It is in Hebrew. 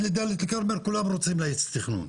לדאלית אל כרמל כולם רוצים להאיץ תכנון.